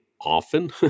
often